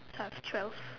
that's twelve